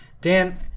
Dan